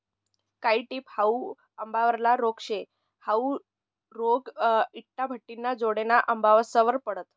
कायी टिप हाउ आंबावरला रोग शे, हाउ रोग इटाभट्टिना जोडेना आंबासवर पडस